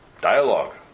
dialogue